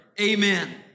amen